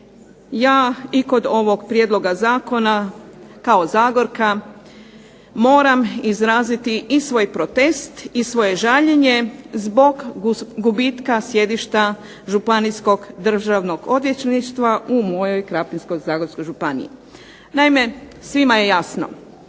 ja kod ovog prijedloga zakona kao zagorka moram izraziti svoj protest i svoje žaljenje zbog gubitka sjedišta županijskog državnog odvjetništva u mojoj Krapinsko-zagorskoj županiji. Naime, svima je jasno